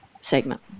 segment